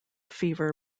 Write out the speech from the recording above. fever